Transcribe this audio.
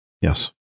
Yes